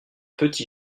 petit